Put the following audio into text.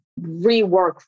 rework